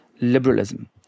liberalism